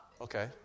Okay